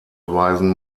weisen